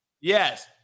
Yes